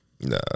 Nah